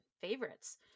favorites